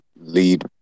lead